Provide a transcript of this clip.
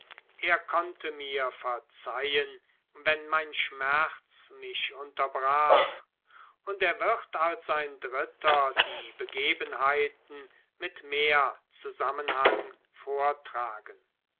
er konnte mir verzeihen wenn mein schmerz mich unterbrach und er wird als ein dritter die begebenheiten mit mehr zusammenhang vortragen